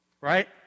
Right